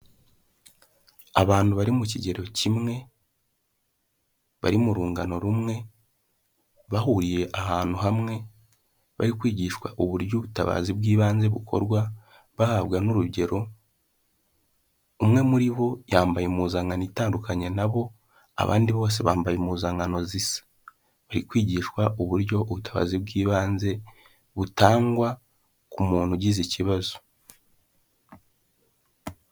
Abantu bari mu kigero kimwe barimo mu rungano rumwe bahuriye ahantu hamwe bari kwigishwa uburyo ubutabazi bw'ibanze bukorwa bahabwa n'urugero umwe muri bo yambaye impuzankano itandukanye nabo abandi bose bambaye impuzankano zisa. Bari kwigishwa uburyo ubutabazi bw'ibanze butangwa ku muntu ugize ikibazo.